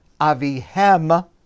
avihem